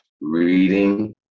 reading